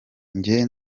njye